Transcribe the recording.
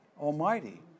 Almighty